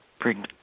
bring